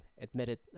admitted